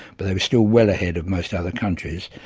but they were still well ahead of most other countries.